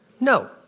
No